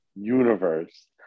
Universe